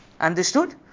Understood